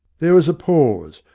there was a pause,